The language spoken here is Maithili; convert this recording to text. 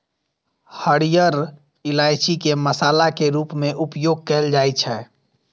हरियर इलायची के मसाला के रूप मे उपयोग कैल जाइ छै